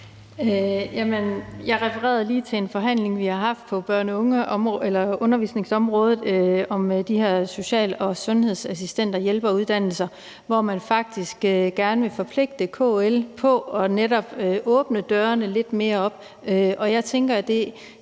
jeg refererede lige til en forhandling, vi har haft på undervisningsområdet, om de her social- og sundhedsassistent- og -hjælper-uddannelser, hvor man faktisk gerne vil forpligte KL på netop at åbne dørene lidt mere op. Jeg tænker jo, at det